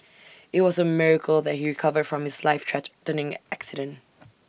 IT was A miracle that he recovered from his life threatening accident